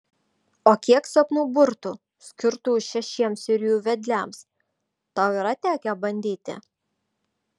o kiek sapnų burtų skirtų šešiems ir jų vedliams tau yra tekę bandyti